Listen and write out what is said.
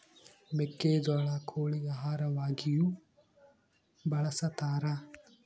ಮೆಕ್ಕೆಜೋಳ ಕೋಳಿ ಆಹಾರವಾಗಿಯೂ ಬಳಸತಾರ